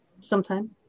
sometime